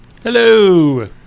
Hello